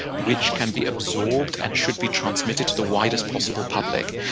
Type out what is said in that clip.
which can be absorbed and should be transmitted to the widest possible public.